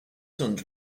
sons